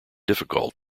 difficult